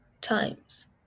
times